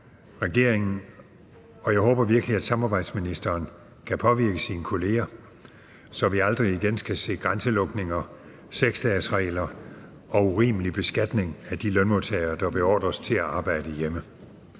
regeringen, og jeg håber virkelig, at samarbejdsministeren kan påvirke sine kollegaer, så vi aldrig igen skal se grænselukninger, 6-dagesregler og urimelig beskatning af de lønmodtagere, der beordres til at arbejde hjemme.